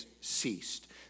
ceased